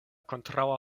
kontraŭa